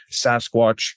sasquatch